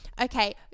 Okay